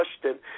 question